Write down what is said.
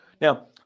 Now